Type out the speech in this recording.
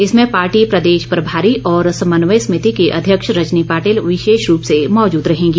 इसमें पार्टी प्रदेश प्रभारी और समन्वय समिति की अध्यक्ष रजनी पाटिल विशेष रूप से मौजूद रहेंगी